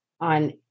on